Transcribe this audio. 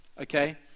okay